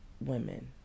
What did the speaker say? women